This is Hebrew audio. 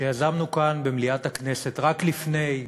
שיזמנו כאן במליאת הכנסת רק לפני שלושה,